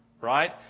right